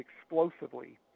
explosively